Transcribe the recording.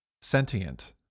Sentient